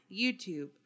YouTube